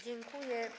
Dziękuję.